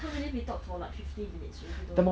can't believe we talk to for like fifty minutes already though